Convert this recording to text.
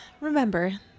remember